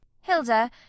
Hilda